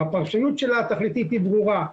הפרשנות שלה התכליתית היא ברורה.